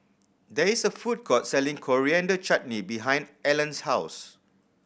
there is a food court selling Coriander Chutney behind Allan's house